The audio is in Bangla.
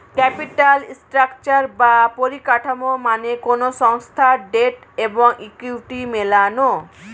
ক্যাপিটাল স্ট্রাকচার বা পরিকাঠামো মানে কোনো সংস্থার ডেট এবং ইকুইটি মেলানো